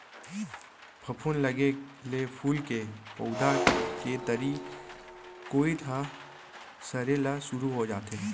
फफूंद लगे ले फूल के पउधा के तरी कोइत ह सरे ल सुरू हो जाथे